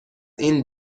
این